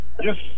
Yes